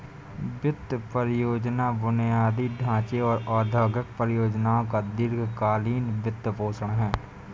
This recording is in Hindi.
वित्त परियोजना बुनियादी ढांचे और औद्योगिक परियोजनाओं का दीर्घ कालींन वित्तपोषण है